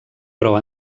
però